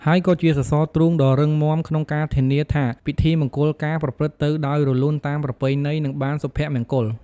ហើយក៏ជាសសរទ្រូងដ៏រឹងមាំក្នុងការធានាថាពិធីមង្គលការប្រព្រឹត្តទៅដោយរលូនតាមប្រពៃណី និងបានសុភមង្គល។